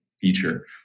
feature